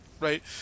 right